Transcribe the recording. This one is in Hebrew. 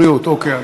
בריאות, אוקיי.